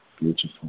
Beautiful